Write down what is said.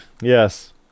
Yes